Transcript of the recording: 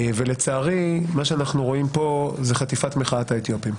לצערי מה שאנחנו רואים פה זה חטיפת מחאת האתיופים.